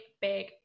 big